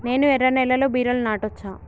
నేను ఎర్ర నేలలో బీరలు నాటచ్చా?